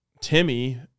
Timmy